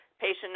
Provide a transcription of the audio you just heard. patient